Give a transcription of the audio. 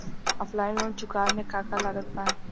Offline loan चुकावे म का का लागत बा?